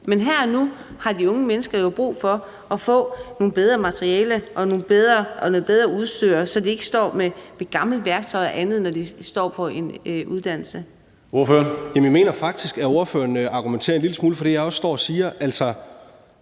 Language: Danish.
Men her og nu har de unge mennesker jo brug for at få nogle bedre materialer og noget bedre udstyr, så de ikke bl.a. står med gammelt værktøj, når de er på deres uddannelse.